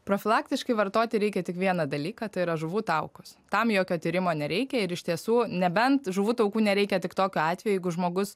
profilaktiškai vartoti reikia tik vieną dalyką tai yra žuvų taukus tam jokio tyrimo nereikia ir iš tiesų nebent žuvų taukų nereikia tik tokiu atveju jeigu žmogus